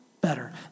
better